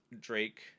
Drake